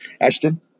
Ashton